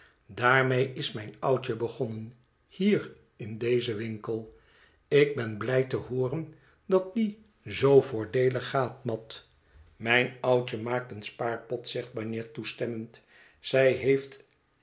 daarmee is mijn oudje begonnen hier in dezen winkel ik ben blij te hooren dat die zoo voordeelig gaat mat mijn oudje maakt een spaarpot zegt bagnet toestemmend zij heeft